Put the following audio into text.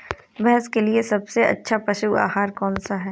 भैंस के लिए सबसे अच्छा पशु आहार कौन सा है?